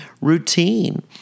routine